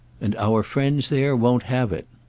and our friends there won't have it.